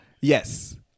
yes